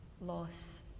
loss